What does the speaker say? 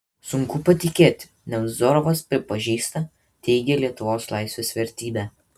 sunku patikėti nevzorovas pripažįsta teigia lietuvos laisvės vertybę